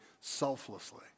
selflessly